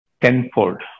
Tenfold